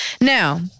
Now